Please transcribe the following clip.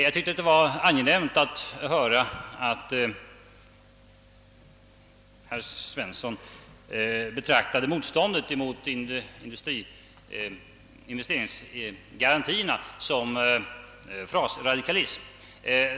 Jag tyckte det var angenämt att höra att herr Svensson betraktar motståndet mot investeringsgarantier som frasradikalism.